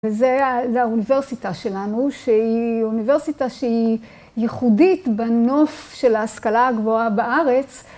וזה האוניברסיטה שלנו שהיא אוניברסיטה שהיא ייחודית בנוף של ההשכלה הגבוהה בארץ